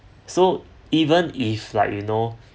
so even if like you know